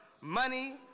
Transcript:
money